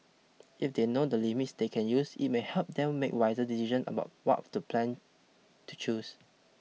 if they know the limits they can use it may help them make wiser decisions about what plan to choose